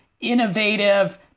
innovative